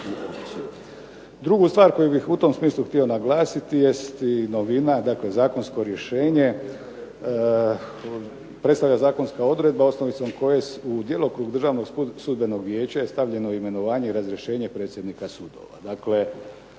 Drugu stvar koju bih u tom smislu htio naglasiti jest novina, dakle zakonsko rješenje predstavlja zakonska odredba osnovicom u djelokrug Državnog sudbenog vijeća je stavljeno imenovanje i razrješenje predsjednika sudova.